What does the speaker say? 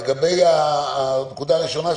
לגבי הנקודה הראשונה,